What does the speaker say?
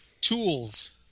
tools